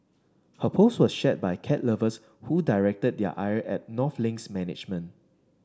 her post was shared by cat lovers who directed their ire at North Link's management